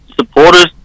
supporters